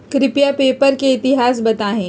कृपया पेपर के इतिहास बताहीं